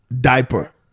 diaper